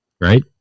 Right